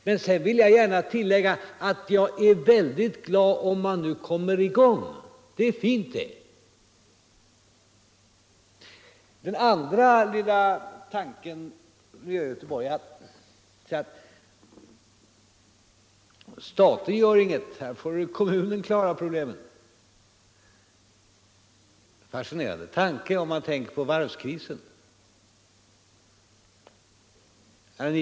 Men sedan vill jag gärna tillägga att jag är väldigt glad om man nu kommer i gång med detta — det är fint. Det finns ytterligare en tankegång när det gäller Göteborg, nämligen att staten gör ingenting, här får kommunen klara problemen. En fascinerande tanke om man tittar på varvskrisen.